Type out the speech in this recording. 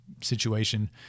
situation